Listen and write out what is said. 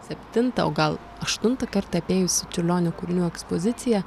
septintą o gal aštuntą kartą apėjusi čiurlionio kūrinių ekspoziciją